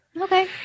okay